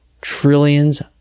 trillions